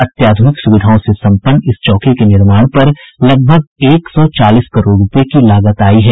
अत्याध्रनिक सुविधाओं से सम्पन्न इस चौकी के निर्माण पर लगभग एक सौ चालीस करोड़ रूपये की लागत आयी है